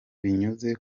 binyuze